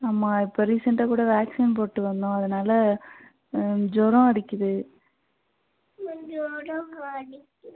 ஆமாம் இப்போ ரீசெண்ட்டாக கூட வேக்சின் போட்டு வந்தோம் அதனால் ஜுரோம் அடிக்குது